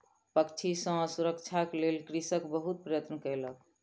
पक्षी सॅ सुरक्षाक लेल कृषक बहुत प्रयत्न कयलक